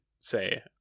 say